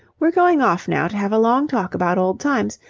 we're going off now to have a long talk about old times,